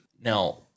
Now